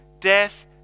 death